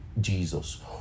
Jesus